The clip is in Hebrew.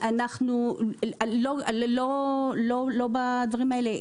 אנחנו לא בדברים האלה.